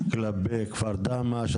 כלפי כפר דהמש.